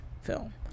film